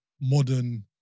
modern